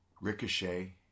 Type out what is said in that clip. Ricochet